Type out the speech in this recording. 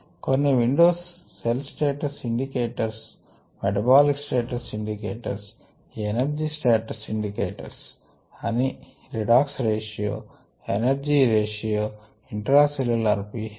కొన్ని windows cell status indicators metabolic status indicators energy status indicators అవి redox ratio energy ratio intracellular pH